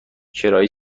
کرایه